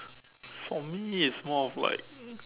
for me it's more of like